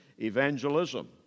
evangelism